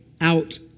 out